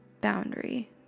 boundary